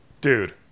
dude